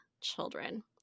children